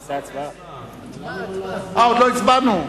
נא להצביע.